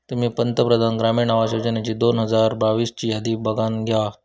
तुम्ही पंतप्रधान ग्रामीण आवास योजनेची दोन हजार बावीस ची यादी बघानं घेवा